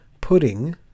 pudding